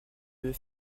devez